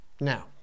Now